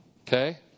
Okay